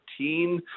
2014